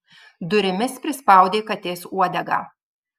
durimis prispaudė katės uodegą